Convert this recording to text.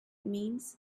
means